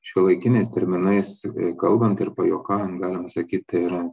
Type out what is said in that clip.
šiuolaikiniais terminais kalbant ir pajuokaujant galima sakyt tai yra